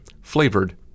flavored